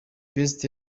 best